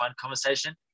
conversation